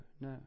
No